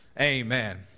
Amen